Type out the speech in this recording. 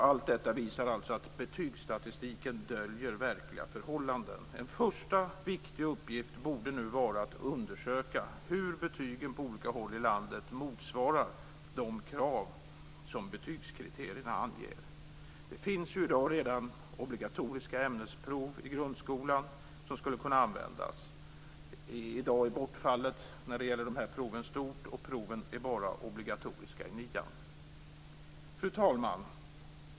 Allt detta visar alltså att betygsstatistiken döljer verkliga förhållanden. En första viktig uppgift borde nu vara att undersöka hur betygen på olika håll i landet motsvarar de krav som betygskriterierna anger. Det finns ju redan i dag obligatoriska ämnesprov i grundskolan som skulle kunna användas. I dag är bortfallet när det gäller de här proven stort och proven är bara obligatoriska i nian. Fru talman!